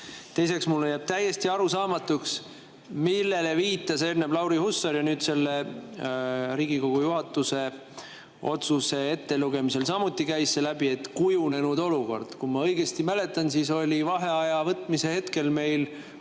Teiseks, mulle jääb täiesti arusaamatuks, millele viitas enne Lauri Hussar, ja nüüd selle Riigikogu juhatuse otsuse ettelugemisel käis samuti läbi "kujunenud olukord". Kui ma õigesti mäletan, siis oli vaheaja võtmise hetkel meil